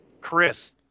chris